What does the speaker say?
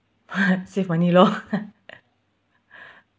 save money loh